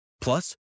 Plus